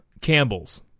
Campbells